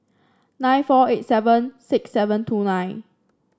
nine four eight seven six seven two nine